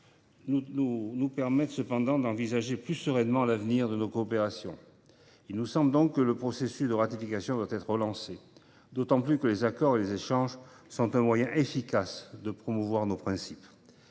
nous permettent cependant d’envisager plus sereinement l’avenir de notre coopération. Il nous semble donc que le processus de ratification doit être relancé, et ce d’autant plus que les accords et les échanges sont un moyen efficace de promouvoir nos principes.